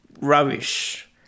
rubbish